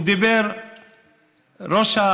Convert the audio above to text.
ראש,